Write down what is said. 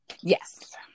Yes